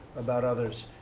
about others.